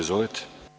Izvolite.